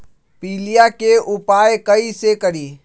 पीलिया के उपाय कई से करी?